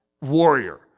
warrior